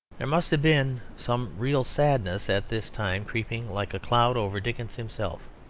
there must have been some real sadness at this time creeping like a cloud over dickens himself.